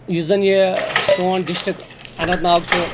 یُس زَن یہِ سون ڈسٹرک اننت ناگ چھُ